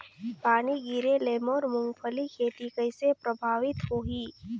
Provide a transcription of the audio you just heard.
पानी गिरे ले मोर मुंगफली खेती कइसे प्रभावित होही?